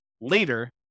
later